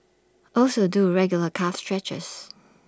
also do regular calf stretches